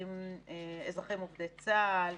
על אזרחים עובדי צה"ל,